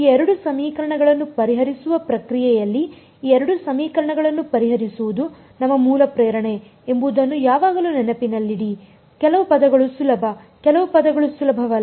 ಈ ಎರಡು ಸಮೀಕರಣಗಳನ್ನು ಪರಿಹರಿಸುವ ಪ್ರಕ್ರಿಯೆಯಲ್ಲಿ ಈ ಎರಡು ಸಮೀಕರಣಗಳನ್ನು ಪರಿಹರಿಸುವುದು ನಮ್ಮ ಮೂಲ ಪ್ರೇರಣೆ ಎಂಬುದನ್ನು ಯಾವಾಗಲೂ ನೆನಪಿನಲ್ಲಿಡಿ ಕೆಲವು ಪದಗಳು ಸುಲಭ ಕೆಲವು ಪದಗಳು ಸುಲಭವಲ್ಲ